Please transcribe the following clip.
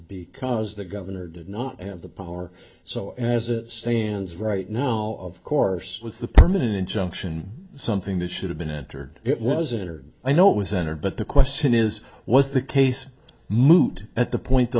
because the governor did not have the power so as it stands right now of course with the permanent injunction something that should have been entered it was it or i know it was entered but the question is was the case moot at the point the